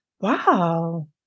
wow